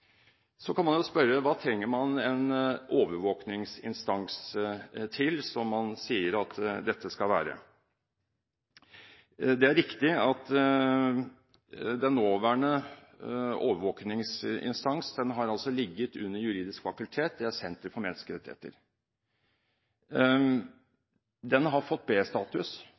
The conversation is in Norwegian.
Så kan man jo spørre: Hva trenger man en overvåkningsinstans til, som man sier at dette skal være? Det er riktig at den nåværende overvåkningsinstansen har ligget under Det juridiske fakultet i et senter for menneskerettigheter. Den har fått